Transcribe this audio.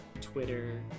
Twitter